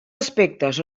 aspectes